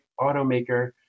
automaker